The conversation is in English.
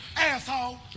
asshole